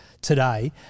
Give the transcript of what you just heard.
today